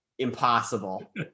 impossible